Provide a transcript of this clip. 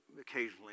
occasionally